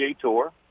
Tour